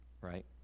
right